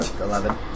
Eleven